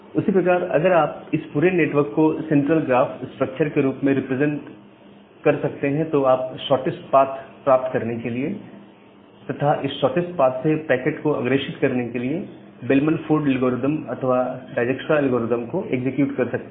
उसी प्रकार अगर आप इस पूरे नेटवर्क को सेंट्रल ग्राफ स्ट्रक्चर के रूप में रिप्रेजेंट कर सकते हैं तो आप शॉर्टेस्ट पाथ प्राप्त करने के लिए तथा इस शॉर्टेस्ट पाथ से पैकेट को अग्रेषित करने के लिए बेलमन फोर्ड एल्गोरिथम अथवा डाइज़क्स्ट्रा एल्गोरिदम को एग्जीक्यूट कर सकते हैं